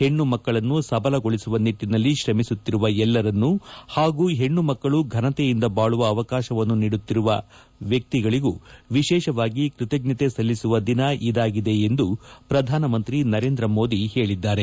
ಪಣ್ಣು ಮಕ್ಕಳನ್ನು ಸಬಲಗೊಳಿಸುವ ನಿಟ್ಟನಲ್ಲಿ ಶ್ರಮಿಸುತ್ತಿರುವ ಎಲ್ಲರನ್ನೂ ಪಾಗೂ ಪೇಬ್ಲಮಕ್ಕಳು ಘನತೆಯಿಂದ ಬಾಳುವ ಅವಕಾಶವನ್ನು ನೀಡುತ್ತಿರುವ ವ್ಯಕ್ತಿಗಳಿಗೂ ವಿಶೇಷವಾಗಿ ಕೃತಜ್ಞತೆ ಸಲ್ಲಿಸುವ ದಿನ ಇದಾಗಿದೆ ಎಂದು ಪ್ರಧಾನಮಂತ್ರಿ ನರೇಂದ್ರ ಮೋದಿ ಹೇಳಿದ್ದಾರೆ